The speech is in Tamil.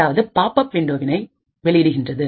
அதாவது பாப் அப் விண்டோவினை வெளியிடுகின்றது